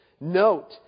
Note